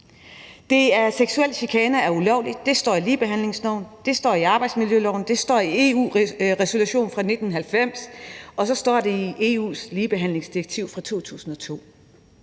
lovgivning. Seksuel chikane er ulovligt; det står i ligebehandlingsloven, det står i arbejdsmiljøloven, det står i en EU-resolution fra 1990, og så står det i EU's ligebehandlingsdirektiv fra 2002.